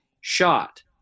shot